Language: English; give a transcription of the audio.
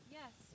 yes